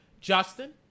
Justin